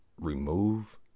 remove